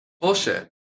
Bullshit